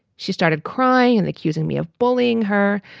she started crying and accusing me of bullying her,